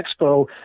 Expo